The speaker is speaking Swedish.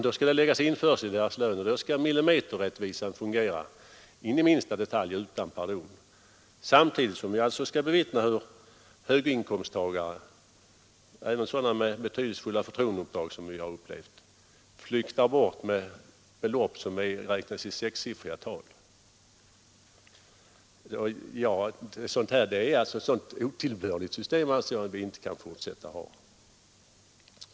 Då skall det läggas införsel på deras lön, och då skall millimeterrättvisan fungera in i minsta detalj och utan pardon. Samtidigt får vi bevittna hur höginkomsttagare — även sådana med betydelsefulla förtroendeuppdrag — flyktar bort med belopp som räknas i sexsiffriga tal. Ett sådant otillbörligt system anser jag inte att vi kan fortsätta att ha.